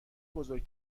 بزرگ